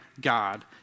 God